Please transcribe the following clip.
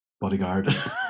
Bodyguard